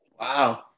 Wow